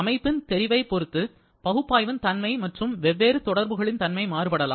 அமைப்பின் தெரிவை பொறுத்து பகுப்பாய்வின் தன்மை மற்றும் வெவ்வேறு தொடர்புகளின் தன்மை மாறுபடலாம்